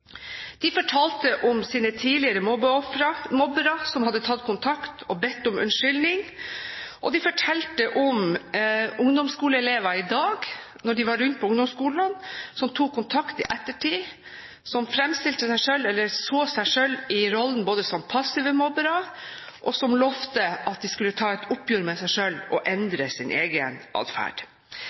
de fortalte om sine tidligere mobbere som hadde tatt kontakt og bedt om unnskyldning. De fortalte også om ungdomsskoleelever i dag – når de var rundt på ungdomsskolene – som tok kontakt i ettertid, som fremstilte seg selv, eller så seg selv i rollen som passive mobbere, og som lovte at de skulle ta et oppgjør med seg selv og endre sin egen atferd.